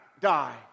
die